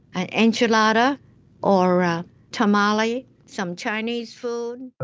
an enchilada or a tamale, some chinese food